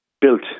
built